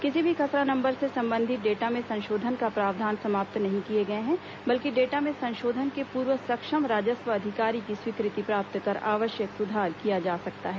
किसी भी खसरा नंबर से संबंधित डेटा में संशोधन का प्रावधान समाप्त नहीं किए गए हैं बल्कि डेटा में संशोधन के पूर्व सक्षम राजस्व अधिकारी की स्वीकृति प्राप्त कर आवश्यक सुधार किया जा सकता है